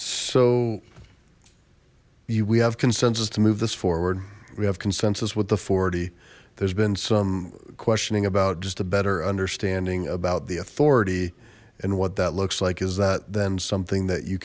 so you we have consensus to move this forward we have consensus with the forty there's been some questioning about just a better understanding about the authority and what that looks like is that then something that you